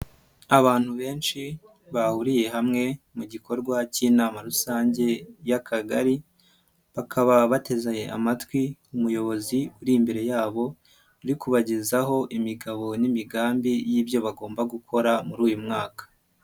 Abantu benshi bahuriye hamwe mu gikorwa k'inama rusange y'akagari, bakaba bateze amatwi umuyobozi uri imbere yabo, uri kubagezaho imigabo n'imigambi y'ibyo bagomba gukora muri uyu mwaka.